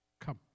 come